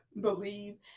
believe